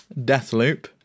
Deathloop